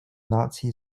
nazi